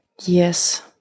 Yes